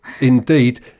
indeed